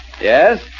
Yes